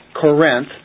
Corinth